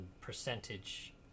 percentage